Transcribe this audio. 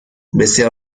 بسیار